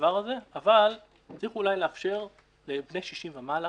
הדבר הזה אבל צריך אולי לאפשר לבני 60 ומעלה